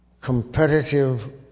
competitive